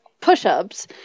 push-ups